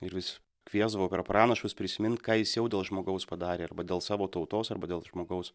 ir vis kviesdavo per pranašus prisimint ką jis jau dėl žmogaus padarė arba dėl savo tautos arba dėl žmogaus